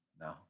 No